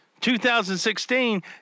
2016